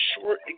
short